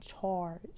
charge